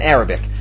Arabic